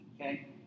Okay